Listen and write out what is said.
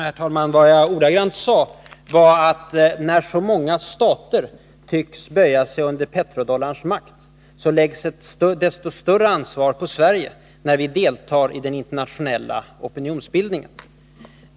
Herr talman! Vad jag sade var följande: När så många stater tycks böja sig under petrodollarns makt, läggs ett större ansvar på Sverige då vi deltar i den internationella opinionsbildningen.